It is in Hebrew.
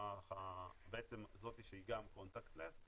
זאת שהיא גם contact less,